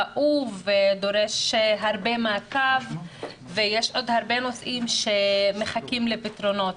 כאוב ודורש הרבה מעקב ויש עוד הרבה נושאים שמחכים לפתרונות.